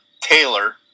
Taylor